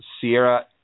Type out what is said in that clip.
Sierra